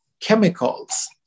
chemicals